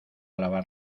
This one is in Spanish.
lavar